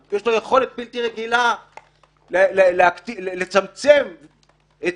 יש לו יכולת בלתי רגילה לצמצם את